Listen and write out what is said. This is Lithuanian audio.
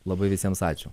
labai visiems ačiū